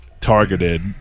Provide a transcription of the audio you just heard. targeted